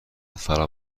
فرا